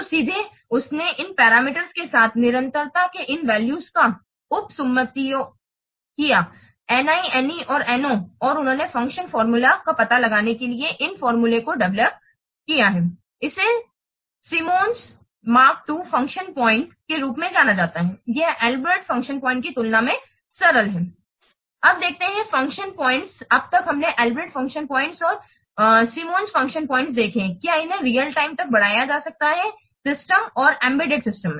तो सीधे उसने इन पैरामीटर्स के साथ निरंतरता के इन वैल्यूज का उपसुम्मातिओं किया है Ni Ne और No और उन्होंने फ़ंक्शन फार्मूला का पता लगाने के लिए इस फार्मूला formula0 को डेवेलोप किया है इसे Symons Mark II function point के रूप में जाना जाता है यह Albrecht function point Albrecht function pointकी तुलना में सरल है अब देखते हैं फंक्शन पॉइंट्स अब तक हमने अल्ब्रेक्ट फंक्शन पॉइंट्स और साइम्स फंक्शन पॉइंट्स देखे हैं क्या इन्हें रियल टाइम तक बढ़ाया जा सकता है सिस्टम और एम्बेडेड सिस्टम